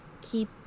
keep